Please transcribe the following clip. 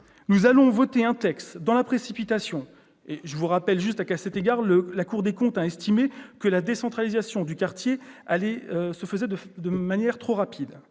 nous allons voter un texte dans la précipitation- à cet égard, je rappelle que la Cour des comptes a estimé que la décentralisation du quartier se faisait de manière trop rapide